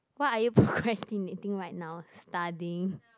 what are you procrastinating right now studying